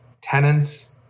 Tenants